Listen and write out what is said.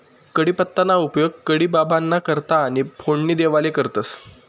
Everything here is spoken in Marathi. कढीपत्ताना उपेग कढी बाबांना करता आणि फोडणी देवाले करतंस